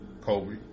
Kobe